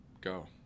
go